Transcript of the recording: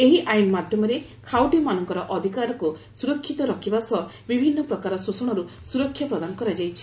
ଏହି ଆଇନ୍ ମାଧ୍ୟମରେ ଖାଉଟିମାନଙ୍କର ଅଧିକାରକୃ ସ୍ରରକ୍ଷିତ ରଖିବା ସହ ବିଭିନ୍ନ ପ୍ରକାର ଶୋଷଣରୁ ସୁରକ୍ଷା ପ୍ରଦାନ କରାଯାଇଛି